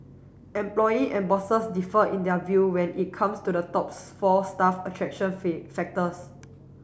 employee and bosses differed in their view when it comes to the top four staff attraction factors